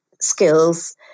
skills